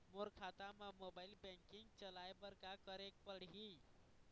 मोर खाता मा mobile banking चलाए बर का करेक पड़ही?